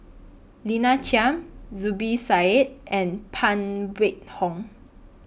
Lina Chiam Zubir Said and Phan Wait Hong